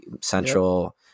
Central